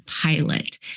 pilot